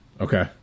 Okay